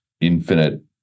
infinite